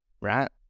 right